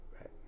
right